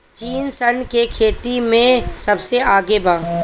चीन सन के खेती में सबसे आगे बा